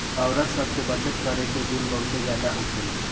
औरत सब में बचत करे के गुण बहुते ज्यादा होखेला